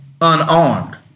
unarmed